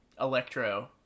Electro